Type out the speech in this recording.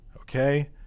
Okay